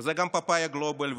וזה גם פאפאיה גלובל,